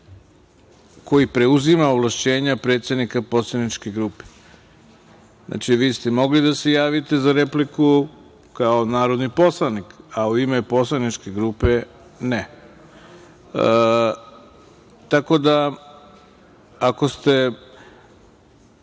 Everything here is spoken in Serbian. koji preuzima ovlašćenja predsednika poslaničke grupe. Znači, vi ste mogli da se javite za repliku kao narodni poslanik, a u ime poslaničke grupe ne. Tako da, ako ste